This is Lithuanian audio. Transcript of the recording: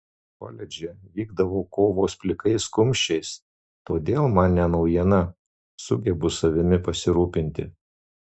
koledže vykdavo kovos plikais kumščiais todėl man ne naujiena sugebu savimi pasirūpinti